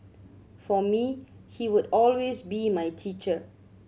for me he would always be my teacher